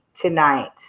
tonight